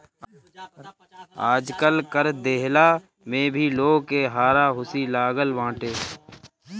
आजकल कर देहला में भी लोग के हारा हुसी लागल बाटे